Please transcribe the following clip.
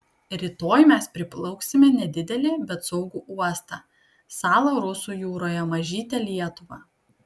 rytoj mes priplauksime nedidelį bet saugų uostą salą rusų jūroje mažytę lietuvą